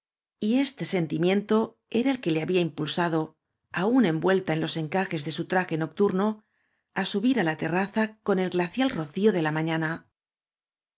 y este sen ti miento era el que le habfa impulsa do aún envuelta en loa encajes de su traje noc turno á subir á la terraza con el glacial rocío de la mañana